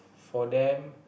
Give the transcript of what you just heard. for them